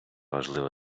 важлива